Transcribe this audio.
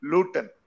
Luton